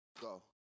Go